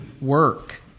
work